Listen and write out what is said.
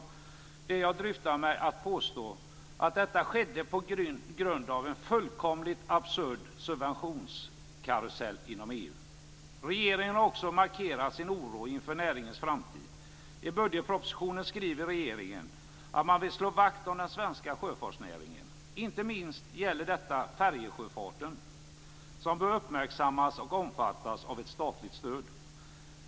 Jag dryftar mig att påstå att detta skedde på grund av en fullkomligt absurd subventionskarusell inom EU. Regeringen har också markerat sin oro inför näringens framtid. I budgetpropositionen skriver regeringen att man vill slå vakt om den svenska sjöfartsnäringen. Inte minst gäller detta färjesjöfarten, som bör uppmärksammas och omfattas av ett statligt stöd.